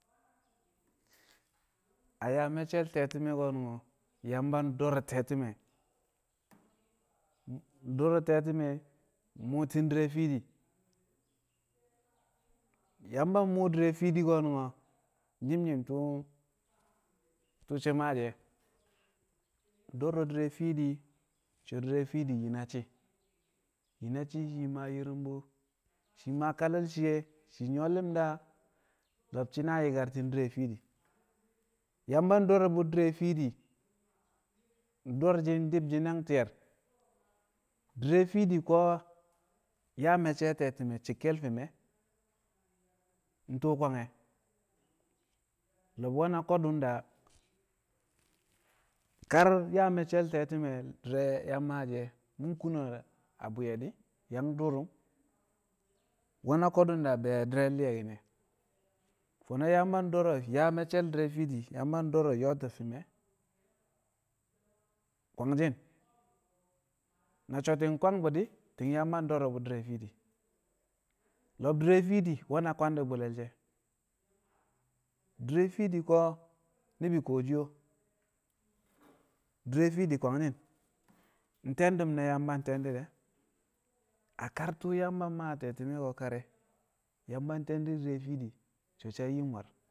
A yaa me̱cce̱l te̱ti̱me̱ ko̱nu̱n ko̱ Yamba ndo̱r te̱ti̱me̱ do̱r te̱ti̱me̱ mu̱u̱ti̱n di̱re̱ fiidi Yamba mmu̱u̱ di̱re̱ fiidi ko̱ nyi̱m nyi̱m tu̱u̱ shi̱ maashi̱ e̱. Ndo̱ro̱ di̱re̱ fiidi so̱ di̱re̱ fi̱di̱ yi na shi̱ yi na shi̱ shii maa ƴi̱ru̱mbu̱ shii maa kale̱ shiye shii nyu̱wo̱ li̱mda lo̱b shi̱ na yi̱karti̱n di̱re̱ fiidi. Yamba ndo̱ro̱ bu̱ di̱re̱ fiidi do̱r shi̱ di̱b shi̱ nang ti̱ye̱r di̱re̱ fi̱di̱ ko̱ yaa me̱cce̱ a te̱ti̱me̱ cekkel fi̱m e̱ tu̱u̱ kwange̱ lo̱b we̱ na ko̱du̱ da kar yaa me̱ccel te̱ti̱me̱ di̱re̱ yang maashi̱ e̱ mu̱ kuna a bwi̱ye̱ yang duurum nwe̱ na ko̱du̱ da be̱ di̱re̱ yang li̱ye̱ki̱n e̱. Fo̱no̱ Yamba do̱ro̱ yaa me̱cce̱l di̱re̱ fiidi Yamba do̱ro̱ yo̱o̱ fi̱m e̱ kwangshi̱n na so̱ ti̱ng kwang bu̱ di̱ ti̱ng Yamba do̱ro̱ bu̱ di̱re̱ fiidi lo̱b di̱re̱ fiidi we̱ na kwandi̱bu̱le̱l she̱. Di̱re̱ fiidi ko̱ ni̱bi̱ kuwosho di̱re̱ fiidi kwangshi̱n te̱ndu̱m ne̱ Yamba te̱ndi̱ de̱ a kar tu̱u̱ Yamba mmaa a te̱ti̱me̱ ko̱ kar re̱ Yamba te̱ndɪ di̱re̱ fiidi so̱ shi̱ yang yim war.